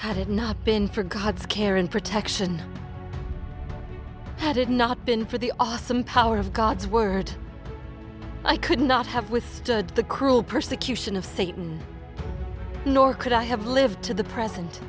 it not been for god's care and protection had it not been for the awesome power of god's word i could not have withstood the cruel persecution of satan nor could i have lived to the present